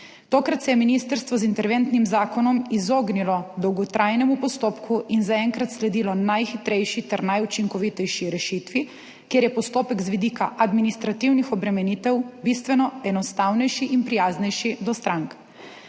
Tokrat se je ministrstvo z interventnim zakonom izognilo dolgotrajnemu postopku in zaenkrat sledilo najhitrejši ter najučinkovitejši rešitvi, kjer je postopek z vidika administrativnih obremenitev bistveno enostavnejši in prijaznejši do strank.